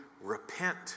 Repent